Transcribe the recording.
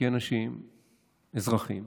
כי אזרחים,